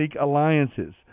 alliances